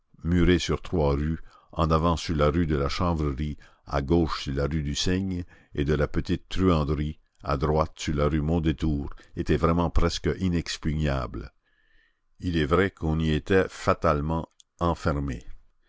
murée sur trois rues en avant sur la rue de la chanvrerie à gauche sur la rue du cygne et de la petite truanderie à droite sur la rue mondétour était vraiment presque inexpugnable il est vrai qu'on y était fatalement enfermé